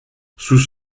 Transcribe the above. sous